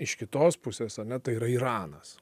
iš kitos pusės ane tai yra iranas